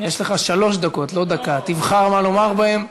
יש לך שלוש דקות, לא דקה, תבחר מה לומר בהן.